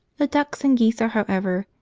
the ducks and geese are, however,